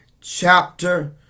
chapter